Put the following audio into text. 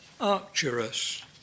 Arcturus